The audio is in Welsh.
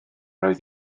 roedd